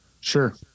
Sure